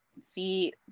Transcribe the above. see